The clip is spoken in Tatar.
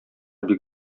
бик